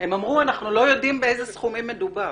הם אמרו שהם לא יודעים באיזה סכומים מדובר,